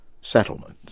settlement